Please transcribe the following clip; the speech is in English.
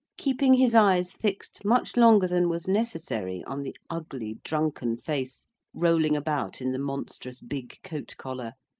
keeping his eyes fixed much longer than was necessary on the ugly drunken face rolling about in the monstrous big coat collar,